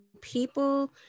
people